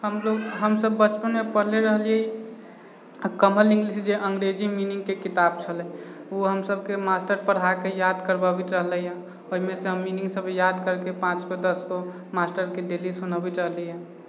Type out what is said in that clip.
हमलोग हमसब बचपनमे पढ़ले रहली कमल इंग्लिश जे अङ्गरेजी मीनिङ्गके किताब छलै ओ हमसबके मास्टर पढ़ाकऽ याद करबाबैत रहलैहऽ ओहिमेसँ हम मीनिङ्गसब याद करिके पाँच दस गो मास्टरके डेली सुनेबैत रहलीहऽ